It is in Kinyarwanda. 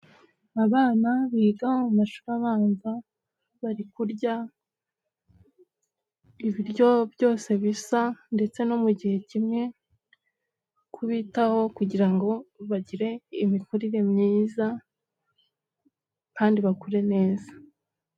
Abana biga mu mashuri abanza bari kurya ibiryo byose bisa ndetse no mu gihe kimwe, barikubitaho kugira ngo bagire imikurire myiza kandi bakure neza.